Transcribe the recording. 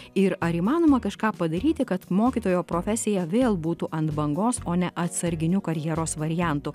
ir ar įmanoma kažką padaryti kad mokytojo profesija vėl būtų ant bangos o ne atsarginiu karjeros variantu